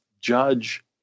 judge